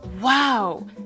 Wow